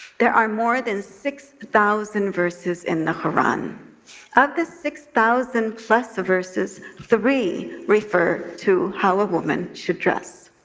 there are more than six thousand verses in the quran. out of the six thousand plus verses, three refer to how a woman should dress.